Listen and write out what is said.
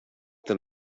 them